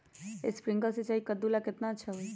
Sprinkler सिंचाई कददु ला केतना अच्छा होई?